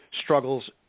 struggles